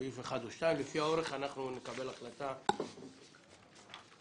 התיקון מתייחס לסעיף 11א של העברת ספורטאים וספורטאים בגירים,